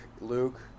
Luke